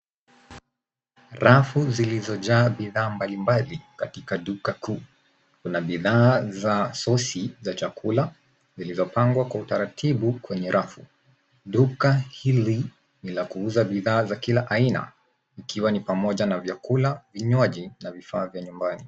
Rafu zilizojaa bidhaa mbalimbali katika duka kuu. Kuna bidhaa za Sossi za chakula, zilizopangwa kwa utaratibu kwenye rafu. Duka hili ni la kuuza bidhaa za kila aina ikiwa ni pamoja na vyakula, vinywaji na vifaa vya nyumbani.